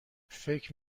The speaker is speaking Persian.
فکر